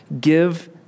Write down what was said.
give